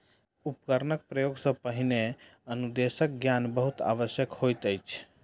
उपकरणक उपयोग सॅ पहिने अनुदेशक ज्ञान बहुत आवश्यक होइत अछि